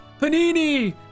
Panini